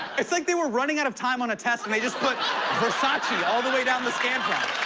it's like they were running out of time on a test, and they just put versace all the way down the scantron.